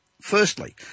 Firstly